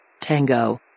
Tango